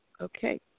Okay